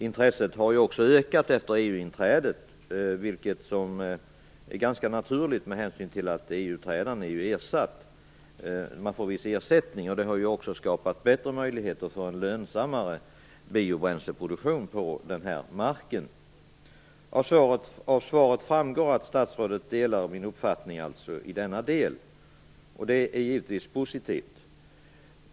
Intresset har ju också ökat efter EU-inträdet, vilket är ganska naturligt med hänsyn till att man får viss ersättning för EU-träda. Det har också skapat bättre möjligheter för en lönsammare biobränsleproduktion på sådan mark. Av svaret framgår att statsrådet delar min uppfattning i denna del, vilket givetvis är positivt.